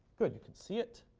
good, you can see it.